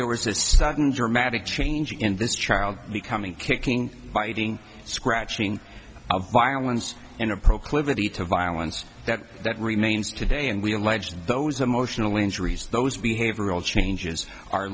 there was a sudden dramatic change in this child becoming kicking biting scratching of violence and a proclivity to violence that that remains today and we allege that those emotional injuries those behavioral changes are